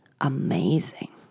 amazing